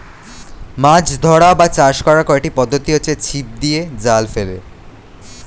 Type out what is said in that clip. মাছ ধরা বা চাষ করার কয়েকটি পদ্ধতি হচ্ছে ছিপ দিয়ে, জাল ফেলে